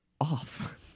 off